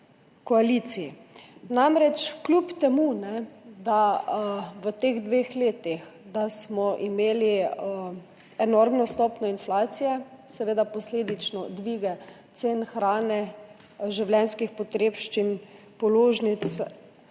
koaliciji. V teh dveh letih smo imeli enormno stopnjo inflacije, seveda posledično dvig cen hrane, življenjskih potrebščin, položnic,